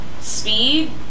speed